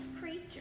creature